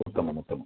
उत्तमम् उत्तमम्